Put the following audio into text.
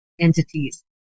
entities